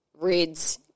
Reds